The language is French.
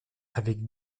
avec